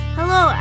Hello